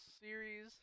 series